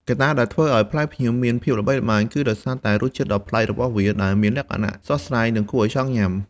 កត្តាដែលធ្វើឱ្យផ្លែផ្ញៀវមានភាពល្បីល្បាញ គឺដោយសារតែរសជាតិដ៏ប្លែករបស់វាដែលមានលក្ខណៈស្រស់ស្រាយ និងគួរឱ្យចង់ញ៉ាំ។